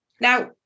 Now